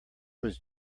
was